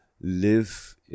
live